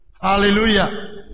Hallelujah